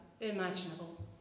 imaginable